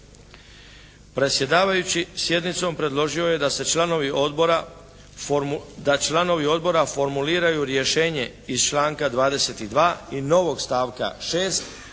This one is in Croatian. Predsjedavajući sjednicom predložio je da se članovi odbora, da članovi odbora formuliraju rješenje iz članka 22. i novog stavka 6.